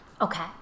Okay